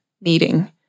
meeting